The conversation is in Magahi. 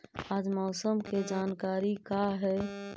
आज मौसम के जानकारी का हई?